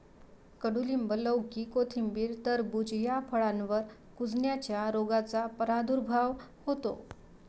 कडूलिंब, लौकी, कोथिंबीर, टरबूज या फळांवर कुजण्याच्या रोगाचा प्रादुर्भाव होतो